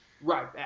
Right